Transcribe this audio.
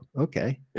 okay